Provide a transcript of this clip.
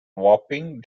wapping